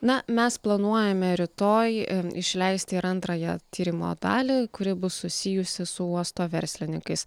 na mes planuojame rytoj išleisti ir antrąją tyrimo dalį kuri bus susijusi su uosto verslininkais